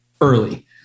early